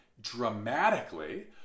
dramatically